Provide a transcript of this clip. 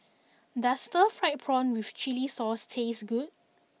does Stir Fried Prawn With Chili Sauce taste good